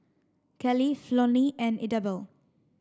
Keli Flonnie and Idabelle